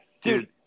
dude